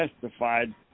testified